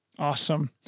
Awesome